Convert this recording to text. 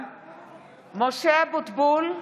(קוראת בשמות חברי הכנסת) משה אבוטבול,